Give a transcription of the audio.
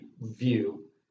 view